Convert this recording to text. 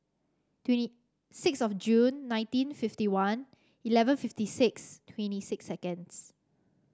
twenty six of June nineteen fifty one eleven fifty six twenty six seconds